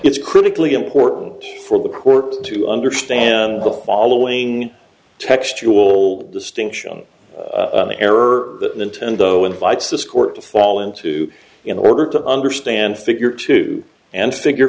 it's critically important for the court to understand the following textual distinctions the error that nintendo invites this court to fall into in order to understand figure two and figure